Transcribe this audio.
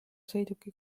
sõiduki